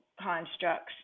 constructs